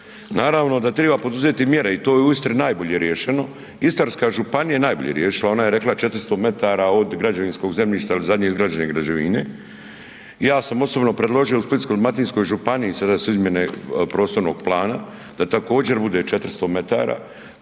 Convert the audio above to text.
Naravno da triba poduzeti mjere i to je u Istri najbolje riješeno, Istarska županija je najbolje riješila, ona je rekla 400 metara od građevinskog zemljišta ili zadnje izgrađene građevine, ja sam osobno predložio u Splitsko-dalmatinskoj županiji, sada su izmjene prostornog plana, da također bude 400 metara,